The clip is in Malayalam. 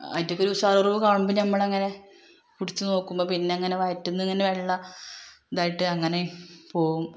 അയിറ്റക്ക് ഒരു ഉഷാറ് കുറവ് കാണുമ്പോൾ നമ്മൾ അങ്ങനെ പിടിച്ചു നോക്കുമ്പോൾ പിന്നെ അങ്ങനെ വയറ്റിൽ നിന്ന് അങ്ങനെ വെള്ളം ഇതായിട്ട് അങ്ങനെയും പോകും